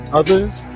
others